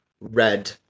red